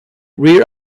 rear